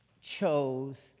chose